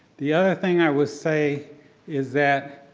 the other thing i will say is that